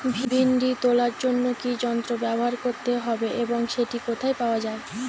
ভিন্ডি তোলার জন্য কি যন্ত্র ব্যবহার করতে হবে এবং সেটি কোথায় পাওয়া যায়?